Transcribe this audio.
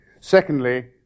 Secondly